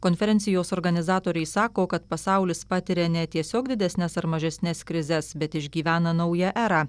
konferencijos organizatoriai sako kad pasaulis patiria ne tiesiog didesnes ar mažesnes krizes bet išgyvena naują erą